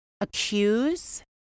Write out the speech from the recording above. accuse